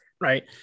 right